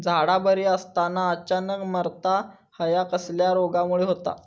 झाडा बरी असताना अचानक मरता हया कसल्या रोगामुळे होता?